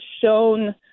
shown